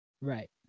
Right